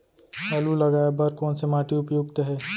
आलू लगाय बर कोन से माटी उपयुक्त हे?